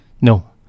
No